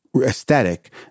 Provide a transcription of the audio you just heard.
aesthetic